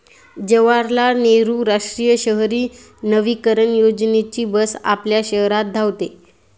जवाहरलाल नेहरू राष्ट्रीय शहरी नवीकरण योजनेची बस आपल्या शहरात धावते